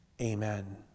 Amen